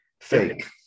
fake